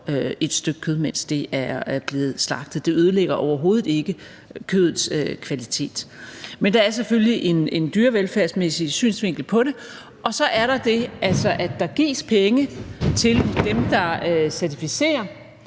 et stykke kød, mens det er blevet slagtet. Det ødelægger overhovedet ikke kødets kvalitet. Men der er selvfølgelig en dyrevelfærdsmæssig synsvinkel på det, og så er der det, at der altså gives penge til dem, der certificerer,